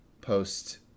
post